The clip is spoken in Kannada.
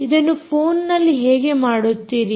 ಇದನ್ನು ಫೋನ್ ನಲ್ಲಿ ಹೇಗೆ ಮಾಡುತ್ತೀರಿ